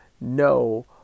...no